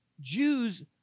jews